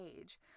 age